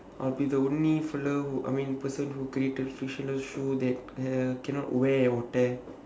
I'll be the only who I mean person who created frictionless shoes that cannot wear or tear